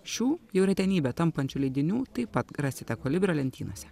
šių jau retenybė tampančių leidinių taip pat rasite kolibrio lentynose